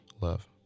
Love